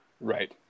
Right